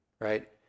right